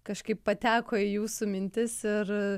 kažkaip pateko į jūsų mintis ir